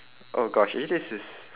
oh gosh eh this is